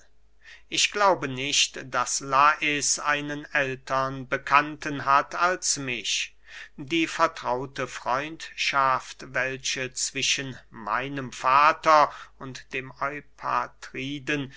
ich glaube nicht daß lais einen ältern bekannten hat als mich die vertraute freundschaft welche zwischen meinem vater und dem